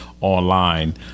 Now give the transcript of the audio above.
online